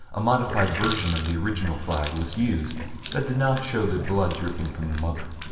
a modified version of the original flag was used that did not show the blood dripping from the mother.